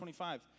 25